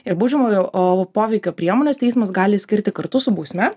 ir baudžiamojo poveikio priemones teismas gali skirti kartu su bausme